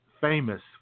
famous